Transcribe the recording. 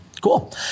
cool